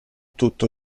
tutto